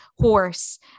horse